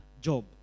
job